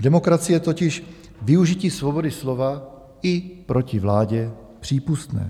V demokracii je totiž využití svobody slova i proti vládě přípustné.